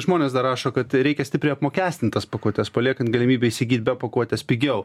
žmonės dar rašo kad reikia stipriai apmokestint tas pakuotes paliekant galimybę įsigyt be pakuotės pigiau